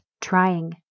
trying